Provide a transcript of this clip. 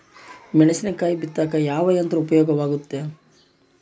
ಮೆಣಸಿನಕಾಯಿ ಬಿತ್ತಾಕ ಯಾವ ಯಂತ್ರ ಉಪಯೋಗವಾಗುತ್ತೆ?